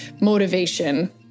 motivation